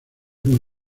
muy